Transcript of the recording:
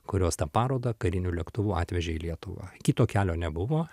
kurios tą parodą kariniu lėktuvu atvežė į lietuvą kito kelio nebuvo